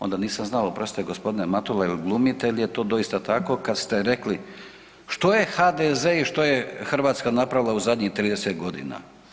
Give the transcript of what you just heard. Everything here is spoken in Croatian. Onda nisam znao oprostite g. Matula jel glumite il je to doista tako kad ste rekli „što je HDZ i što je Hrvatska napravila u zadnjih 30.g.